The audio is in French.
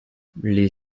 les